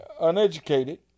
uneducated